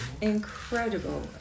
incredible